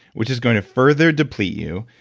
which is going to further deplete you,